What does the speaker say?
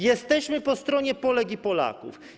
Jesteśmy po stronie Polek i Polaków.